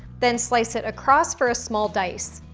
then slice it across for a small dice.